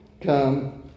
Come